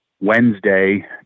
Wednesday